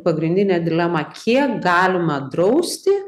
pagrindinė dilema kiek galima drausti